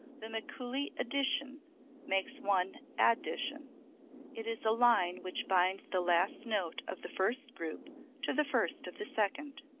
the mikuli edition makes one addition it is a line which binds the last note of the first group to the first of the second.